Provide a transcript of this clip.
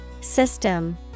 System